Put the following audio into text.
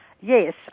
Yes